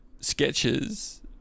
sketches